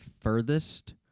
furthest